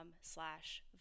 slash